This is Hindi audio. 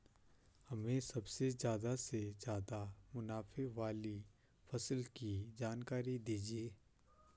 हमें सबसे ज़्यादा से ज़्यादा मुनाफे वाली फसल की जानकारी दीजिए